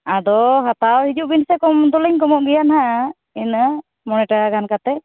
ᱟᱫᱚ ᱦᱟᱛᱟᱣ ᱦᱤᱡᱩᱜᱵᱤᱱ ᱥᱮ ᱠᱚᱢᱫᱚᱞᱤᱧ ᱠᱚᱢᱚᱜ ᱜᱮᱭᱟ ᱱᱟᱦᱟᱜ ᱤᱱᱟᱹ ᱢᱚᱬᱮ ᱴᱟᱠᱟᱜᱟᱱ ᱠᱟᱛᱮᱫ